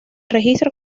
registro